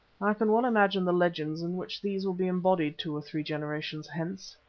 i can well imagine the legends in which these will be embodied two or three generations hence.